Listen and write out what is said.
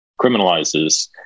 criminalizes